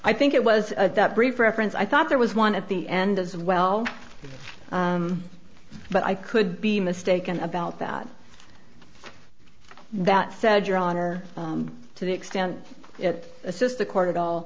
i think it was that brief reference i thought there was one at the end as well but i could be mistaken about that that said your honor to the extent it assists the court at all